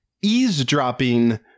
eavesdropping